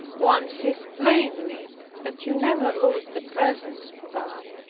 one sees plainly that you never lose the presence of god.